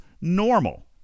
normal